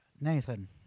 Nathan